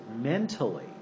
mentally